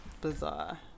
bizarre